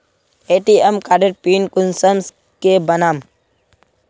ATM कार्डेर PIN कुंसम के बनाम?